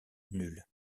nulle